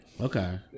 Okay